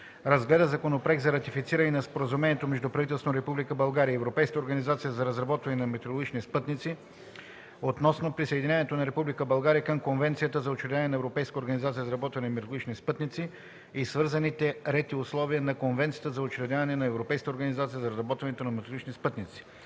обсъди Законопроект за ратифициране на Споразумението между правителството на Република България и Европейската организация за разработване на метеорологични спътници (EUMETSAT) относно присъединяването на Република България към Конвенцията за учредяването на Европейска организация за разработване на метеорологични спътници (EUMETSAT) и свързаните ред и условия, на Конвенцията за учредяване на Европейската организация за разработване на метеорологични спътници